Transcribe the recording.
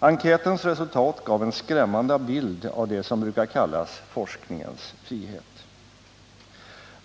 Enkätens resultat gav en skrämmande bild av det som brukar kallas forskningens ”frihet”.